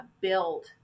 build